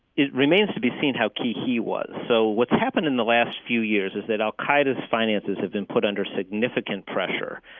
it remains to be seen how key he was. so what's happened in the last few years is that al-qaida's finances have been put under significant pressure.